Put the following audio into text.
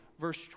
verse